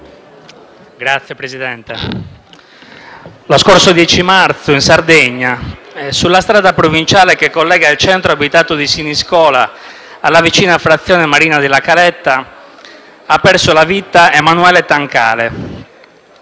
Signor Presidente, lo scorso 10 marzo in Sardegna, sulla strada provinciale che collega il centro abitato di Siniscola alla vicina frazione Marina della Caletta, ha perso la vita Emanuele Tancale,